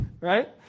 right